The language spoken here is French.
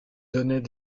donnait